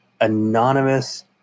anonymous